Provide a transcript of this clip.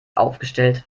aufgestellt